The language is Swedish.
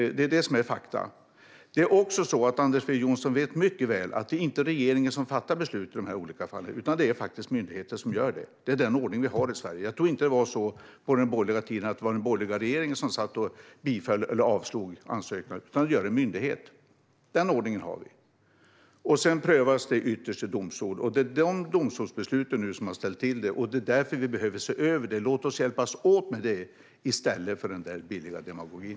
Det är fakta. Anders W Jonsson vet mycket väl att det inte är regeringen som fattar beslut i de här olika fallen, utan det är faktiskt myndigheter som gör det. Det är den ordning vi har i Sverige. Jag tror inte att det var så på den borgerliga tiden att det var den borgerliga regeringen som satt och biföll eller avslog ansökningar, utan det gör en myndighet. Den ordningen har vi. Sedan prövas det ytterst i domstol. Det är de domstolsbesluten som har ställt till det nu, och det är därför vi behöver se över det här. Låt oss hjälpas åt med det i stället för att lägga tid på den där billiga demagogin.